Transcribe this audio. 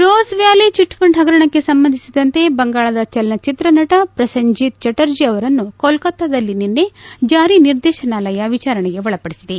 rose Valley chit fund ಹಗರಣಕ್ಕೆ ಸಂಬಂಧಿಸಿದಂತೆ ಬಂಗಾಳದ ಚಲನಚಿತ್ರ ನಟ ಪ್ರಸೆಂಜಂತ್ ಚಟರ್ಜ ಅವರನ್ನು ಕೊಲೊತಾದಲ್ಲಿ ನಿನ್ನೆ ಜಾರಿ ನಿರ್ದೇತನಾಲಯ ವಿಚಾರಣೆಗೊಳಪಡಿಸಿದೆ